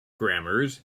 grammars